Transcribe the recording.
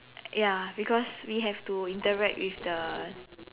ya because we have to interact with the